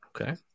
Okay